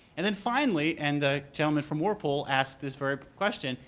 and then finally, and the gentleman from whirlpool asked this very question,